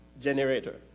generator